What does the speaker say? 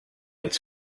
its